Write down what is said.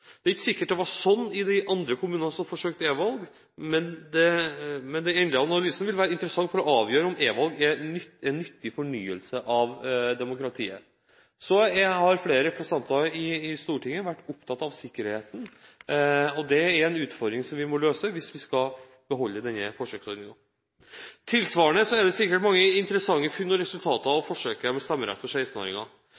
Det er ikke sikkert det var slik i de andre kommunene som forsøkte e-valg, men den endelige analysen vil være interessant for å avgjøre om e-valg er en nyttig fornyelse av demokratiet. Så har flere representanter i Stortinget vært opptatt av sikkerheten. Det er en utfordring vi må løse hvis vi skal beholde denne forsøksordningen. Tilsvarende er det sikkert mange interessante funn og resultater av